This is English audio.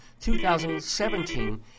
2017